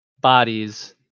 Bodies